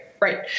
right